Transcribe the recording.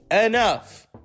enough